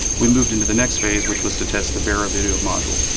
we moved into the next phase, which was to test the vera video module.